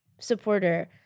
supporter